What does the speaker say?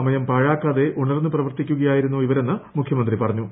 സമയം പാഴാക്കാതെ ഉണർന്ന് പ്രവർത്തിക്കുകയായിരുന്നു ഇവരെന്ന് മുഖൃമന്ത്രി പറഞ്ഞു